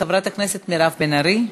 חברת הכנסת מירב בן ארי.